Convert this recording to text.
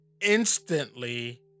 instantly